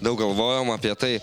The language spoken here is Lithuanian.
daug galvojom apie tai